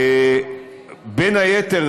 בין היתר,